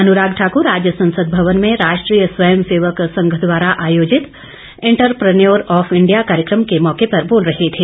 अनुराग ठाकुर आज संसद भवन में राष्ट्रीय स्वयं सेवक संघ द्वारा आयोजित इंटर प्रन्योर ऑफ इंडिया कार्यक्रम के मौके पर बोल रहे थे